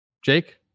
Jake